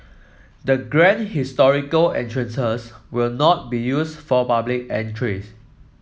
the grand historical entrances will not be used for public entries